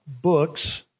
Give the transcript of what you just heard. books